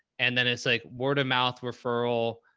and then it's like word of mouth referral.